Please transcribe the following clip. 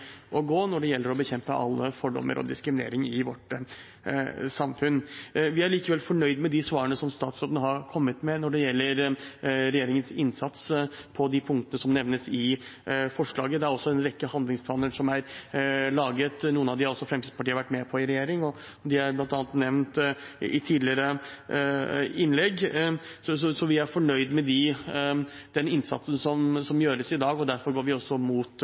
å gå når det gjelder å bekjempe alle fordommer og all diskriminering i vårt samfunn. Vi er likevel fornøyd med de svarene som statsråden har kommet med når det gjelder regjeringens innsats på de punktene som nevnes i forslaget. Det er også en rekke handlingsplaner som er laget. Noen av dem har også Fremskrittspartiet vært med på i regjering, og de er bl.a. nevnt i tidligere innlegg. Så vi er fornøyd med den innsatsen som gjøres i dag, og derfor går vi også mot